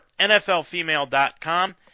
NFLfemale.com